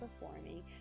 performing